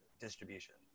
distribution